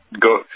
go